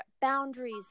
boundaries